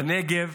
בנגב.